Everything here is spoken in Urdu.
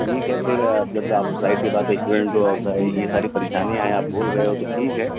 ٹھیک ہے پھر جب آپ ظاہر سی بات ہے اسٹوڈینٹ ہو اور ساری یہ ساری پریشانیاں ہیں آپ بھول گئے ہو تو ٹھیک ہے